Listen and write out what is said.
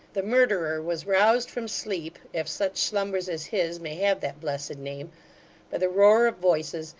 the murderer was roused from sleep if such slumbers as his may have that blessed name by the roar of voices,